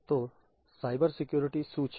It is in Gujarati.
તો સાયબરસિક્યુરિટી શું છે